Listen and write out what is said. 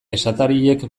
esatariek